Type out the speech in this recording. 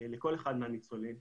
לכל אחד מהניצולים.